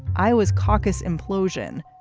iowa's caucus implosion.